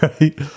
right